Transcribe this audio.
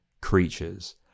creatures